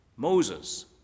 Moses